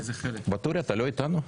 ואטורי, אתה לא איתנו?